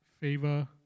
Favor